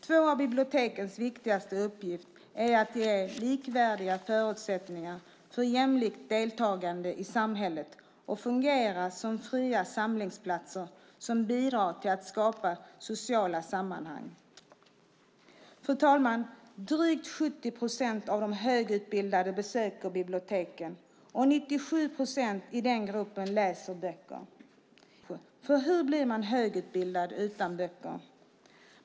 Två av bibliotekens viktigaste uppgifter är att ge likvärdiga förutsättningar för jämlikt deltagande i samhället och fungera som fria samlingsplatser som bidrar till att skapa sociala sammanhang. Fru talman! Drygt 70 procent av de högutbildade besöker biblioteken, och 97 procent i den gruppen läser böcker. Det är kanske inte så konstigt, för hur blir man högutbildad utan böcker?